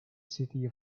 city